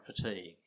fatigue